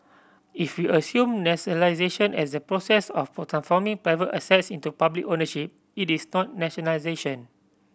if we assume nationalisation as the process of forming private assets into public ownership it is not nationalisation